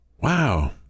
Wow